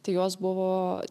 tai jos buvo